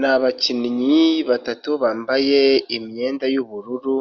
N'abakinnyi batatu bambaye imyenda y'ubururu,